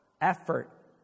effort